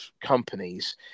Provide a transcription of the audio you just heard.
companies